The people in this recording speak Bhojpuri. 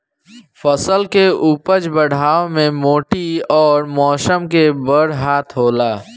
फसल के उपज बढ़ावे मे माटी अउर मौसम के बड़ हाथ होला